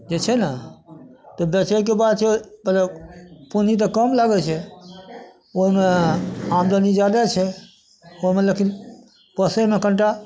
जे छै ने बेचैके बाद छै पहिले पूँजी तऽ कम लगै छै ओहिमे आमदनी जादा छै ओहिमे लेकिन पोसैमे कनिटा